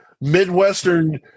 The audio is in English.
Midwestern